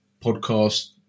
podcast